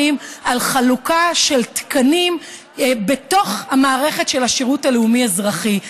לחלוקה של תקנים בתוך המערכת של השירות הלאומי-אזרחי.